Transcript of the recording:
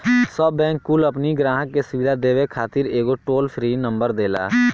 सब बैंक कुल अपनी ग्राहक के सुविधा देवे खातिर एगो टोल फ्री नंबर देला